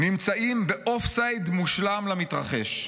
"נמצאים באופסייד מושלם למתרחש.